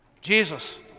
Jesus